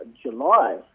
July